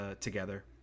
together